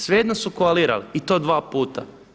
Svejedno su koalirali i to dva puta.